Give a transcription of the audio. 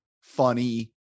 funny